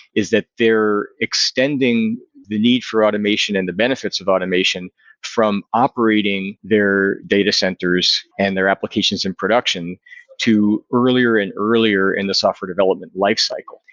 is that they're extending the need for automation and the benefits of automation from operating their data centers and their applications in production to earlier and earlier in the software development lifecycle.